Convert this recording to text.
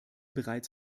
bereits